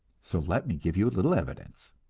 so let me give you a little evidence.